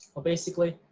well basically,